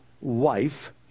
wife